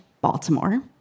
Baltimore